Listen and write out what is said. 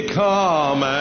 come